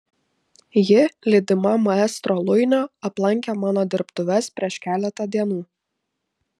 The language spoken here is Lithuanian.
ji lydima maestro luinio aplankė mano dirbtuves prieš keletą dienų